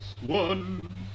one